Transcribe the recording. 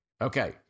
Okay